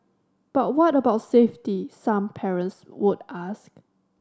but what about safety some parents would ask